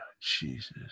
Jesus